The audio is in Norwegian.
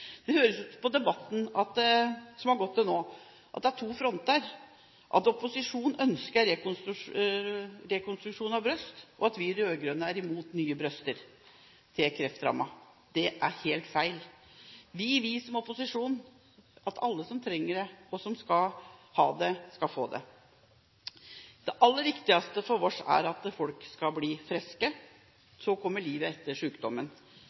nå, høres det som om det er to fronter, at opposisjonen ønsker rekonstruksjon av bryst, og at vi rød-grønne er imot nye bryster til kreftrammede. Det er helt feil. Vi vil, som opposisjonen, at alle som trenger det, og som kan få det, skal ha det. Det aller viktigste for oss er at folk skal bli friske, så kommer livet etter